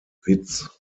witz